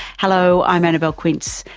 hello, i'm annabelle quince,